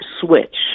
switch